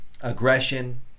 aggression